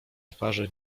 twarzy